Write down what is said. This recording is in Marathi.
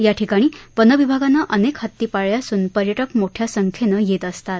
या ठिकाणी वनविभागानं अनेक हत्ती पाळले असून पर्यटक मोठ्या संख्येनं येत असतात